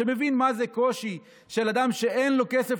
שמבין מה זה קושי של אדם שאין לו כסף